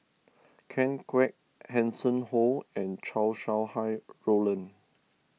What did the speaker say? Ken Kwek Hanson Ho and Chow Sau Hai Roland